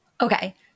Okay